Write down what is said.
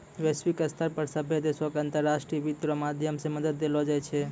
वैश्विक स्तर पर सभ्भे देशो के अन्तर्राष्ट्रीय वित्त रो माध्यम से मदद देलो जाय छै